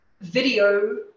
video